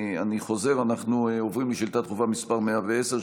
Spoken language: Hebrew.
אני חוזר: אנחנו עוברים לשאילתה דחופה מס' 110,